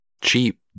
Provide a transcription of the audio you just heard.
cheap